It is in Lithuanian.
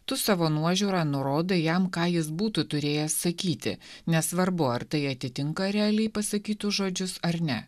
tu savo nuožiūra nurodai jam ką jis būtų turėjęs sakyti nesvarbu ar tai atitinka realiai pasakytus žodžius ar ne